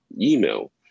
email